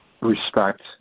respect